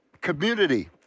Community